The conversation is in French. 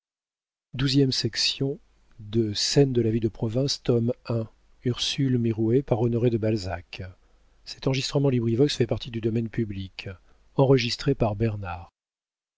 de de de la vie de province tome i author honoré de balzac